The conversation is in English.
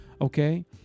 okay